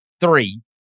three